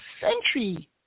century